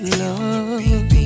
love